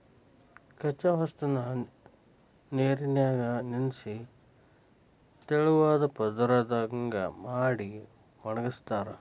ಕಚ್ಚಾ ವಸ್ತುನ ನೇರಿನ್ಯಾಗ ನೆನಿಸಿ ತೆಳುವಾದ ಪದರದಂಗ ಮಾಡಿ ಒಣಗಸ್ತಾರ